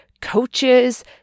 coaches